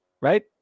right